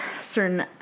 certain